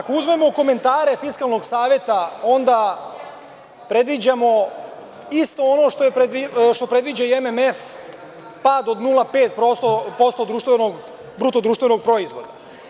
Ako uzmemo u komentare Fiskalnog saveta, onda predviđamo isto ono što predviđa i MMF, pad od 0,5% bruto društvenog proizvoda.